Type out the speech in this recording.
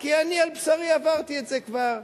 כי על בשרי עברתי את זה כבר.